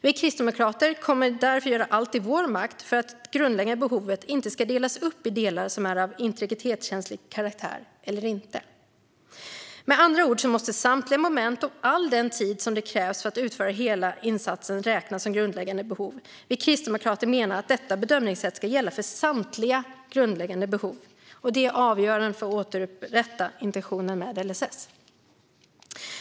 Vi kristdemokrater kommer därför att göra allt i vår makt för att det grundläggande behovet inte ska delas upp i delar som är av integritetskänslig karaktär och delar som inte är det. Med andra ord måste samtliga moment och all tid som krävs för att utföra hela insatsen räknas som grundläggande behov. Vi kristdemokrater menar att detta bedömningssätt ska gälla för samtliga grundläggande behov. Det är avgörande för att återupprätta intentionen med LSS.